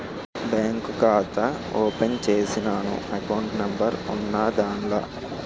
bank ఖాతా open చేసినాను account number ఉన్నాద్దాన్ల